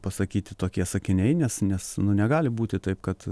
pasakyti tokie sakiniai nes nes nu negali būti taip kad